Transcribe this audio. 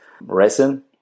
resin